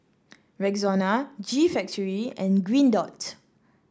Rexona G Factory and Green Dot